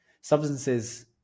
Substances